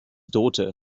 daughter